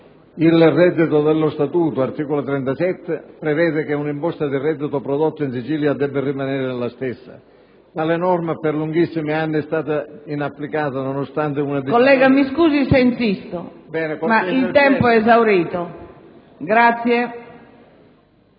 il reddito, lo Statuto, all'articolo 37, prevede che un'imposta di reddito prodotto in Sicilia debba rimanere nella stessa. Tale norma, per lunghissimi anni è stata inapplicata, nonostante... PRESIDENTE. Collega, mi scusi se insisto, ma il tempo a sua